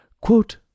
Quote